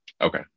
Okay